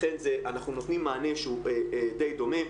לכן אנחנו נותנים מענה שהוא דיי דומה.